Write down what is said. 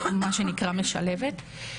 מה שנקרא "משלבת",